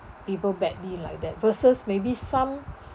people badly like that versus maybe some